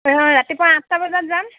হয় হয় ৰাতিপুৱা আঠটা বজাত যাম